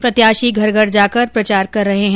प्रत्याशी घर घर जाकर प्रचार कर रहे हैं